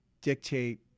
dictate